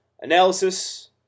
analysis